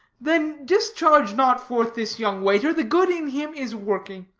then discharge not forth this young waiter the good in him is working